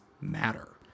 matter